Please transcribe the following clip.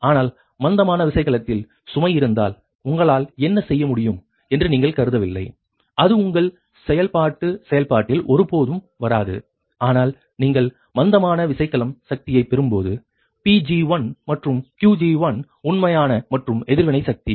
ஆனால் மந்தமான விசைகலத்தில் சுமை இருந்தால் உங்களால் என்ன செய்ய முடியும் என்று நீங்கள் கருதவில்லை அது உங்கள் செயல்பாட்டு செயல்பாட்டில் ஒருபோதும் வராது ஆனால் நீங்கள் மந்தமான விசைக்கலம் சக்தியைப் பெறும்போது PG1 மற்றும் QG1 உண்மையான மற்றும் எதிர்வினை சக்தி